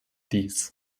dies